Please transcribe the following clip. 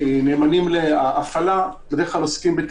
אני משמש כבעל תפקיד לעתים, שהרבה פעמים חברות,